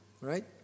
right